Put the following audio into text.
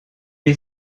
est